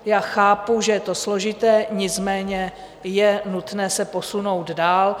Já chápu, že je to složité, nicméně je nutné se posunout dál.